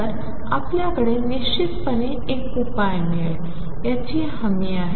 तर आपल्याकडे निश्चितपणे एक उपाय मिळेल याची हमी आहे